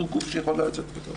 הוא גוף שיכול לעשות את זה.